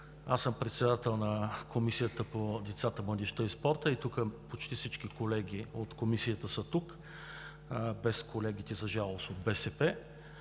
съм председател на Комисията по въпросите на децата, младежта и спорта и почти всички колеги от Комисията са тук, без колегите, за жалост, от БСП,